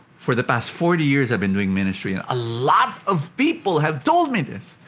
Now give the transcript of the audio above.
for the past forty years, i've been doing ministry. and a lot of people have told me this.